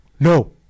No